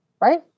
Right